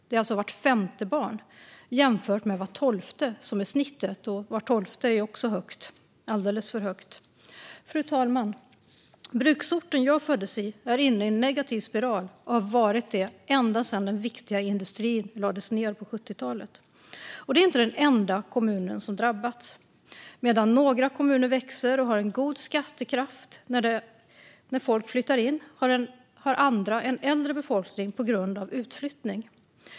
Det är alltså vart femte barn, jämfört med vart tolfte, som är snittet. Var tolfte är också högt, alldeles för högt. Fru talman! Bruksorten jag föddes i är inne i en negativ spiral och har varit det ända sedan den viktiga industrin lades ned på 70-talet, och det är inte den enda kommunen som drabbats. Medan några kommuner växer och har en god skattekraft när människor flyttar in har andra en äldre befolkning på grund av utflyttning.